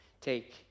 Take